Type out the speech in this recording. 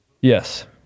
Yes